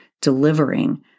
delivering